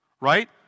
Right